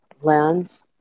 lands